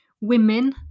Women